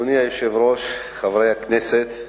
אדוני היושב-ראש, חברי הכנסת,